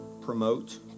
promote